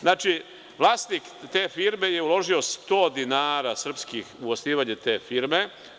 Znači, vlasnik te firme je uložio 100 dinara srpskih u osnivanje te firme.